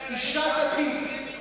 אשה דתית,